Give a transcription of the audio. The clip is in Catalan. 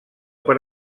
per